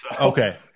Okay